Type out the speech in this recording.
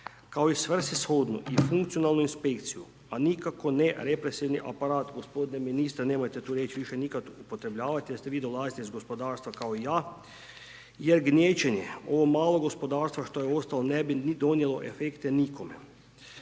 kao i svrsishodnu i funkcionalnu inspekciju, a nikako ne represivni aparat g. ministre, nemojte tu riječ više nikada upotrebljavati, jer vi dolazite iz gospodarstva kao i ja, jer gnječenje, ovo malo gospodarstva što je ostalo ne bi ni donijelo efekte nikome.